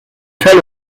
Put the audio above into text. tell